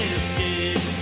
escape